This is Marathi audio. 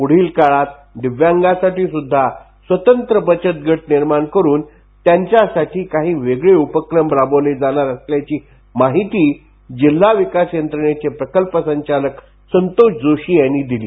पुढील काळात दिव्यांगासाठी सुध्दा स्वतंत्र बचतगट निर्माण करुन त्यांच्यासाठी कांही वेगळे उपक्रम राबवले जाणार असल्याची माहिती जिल्हा ग्रामिण विकास यंत्रणेचे प्रकल्प संचालक संतोष जोशी यांनी दिली